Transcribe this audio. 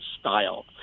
style